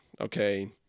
Okay